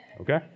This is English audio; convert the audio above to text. okay